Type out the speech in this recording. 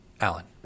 Alan